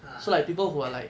(uh huh)